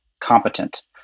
competent